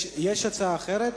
יש הצעה אחרת?